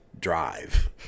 drive